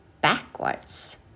backwards